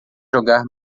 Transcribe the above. jogar